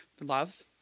love